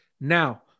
Now